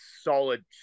solid